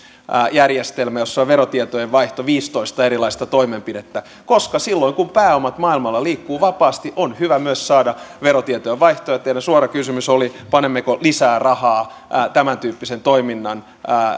järjestelmä jossa on verotietojen vaihto viisitoista erilaista toimenpidettä koska silloin kun pääomat maailmalla liikkuvat vapaasti on hyvä myös saada verotietojen vaihtoa ja teidän suora kysymyksenne oli panemmeko lisää rahaa tämäntyyppisen toiminnan